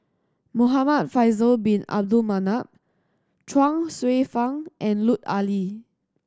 Muhamad Faisal Bin Abdul Manap Chuang Hsueh Fang and Lut Ali